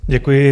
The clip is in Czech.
Děkuji.